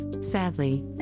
Sadly